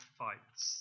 fights